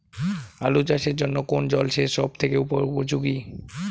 আলু চাষের জন্য কোন জল সেচ সব থেকে উপযোগী?